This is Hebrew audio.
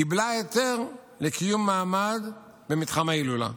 קיבלה היתר לקיום מעמד במתחם ההילולה.